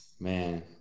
Man